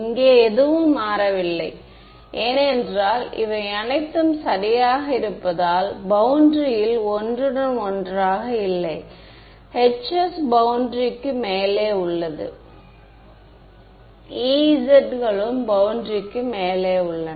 இங்கே எதுவும் மாறவில்லை ஏனென்றால் இவை அனைத்தும் சரியாக இருப்பதால் பௌண்டரியில் ஒன்றுடன் ஒன்றாக இல்லை Hs பௌண்டரிக்கு மேலே உள்ளன E z களும் பௌண்டரிக்கு மேலே உள்ளன